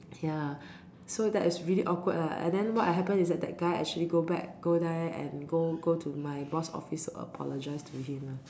ya so that is really awkward lah and then what happen is that that guy actually go back go there and go go to my boss office to apologize to him lah